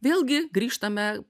vėlgi grįžtame